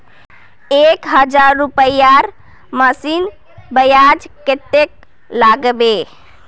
एक हजार रूपयार मासिक ब्याज कतेक लागबे?